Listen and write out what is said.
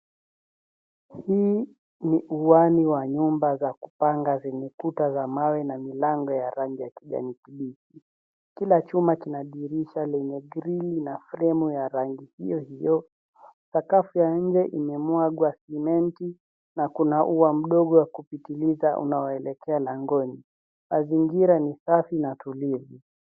Hii ni uani wa nyumba za kupanga zenye kuta za mawe na milango ya rangi ya kijani kibichi. Kila chuma kina dirisha lenye grille na fremu ya rangi hiyo hiyo. Sakafu ya nje imemwagwa sementi, na kuna ua mdogo wa kupitiliza unaoelekea langoni. Mazingira ni safi na tulivu.